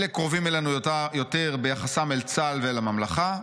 אלה קרובים אלינו יותר ביחסם אל צה"ל ואל הממלכה,